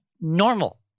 normal